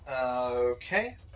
Okay